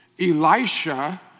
Elisha